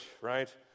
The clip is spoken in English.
right